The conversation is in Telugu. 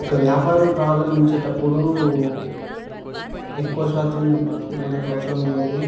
ఒక వ్యాపారం ప్రారంభించేటప్పుడు ఎక్కువ శాతం మనకు అవసరం అయ్యేది